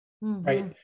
right